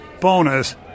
bonus